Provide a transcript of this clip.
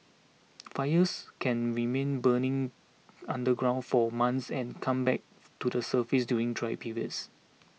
fires can remain burning underground for months and come back up to the surface during dry periods